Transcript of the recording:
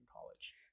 college